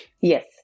Yes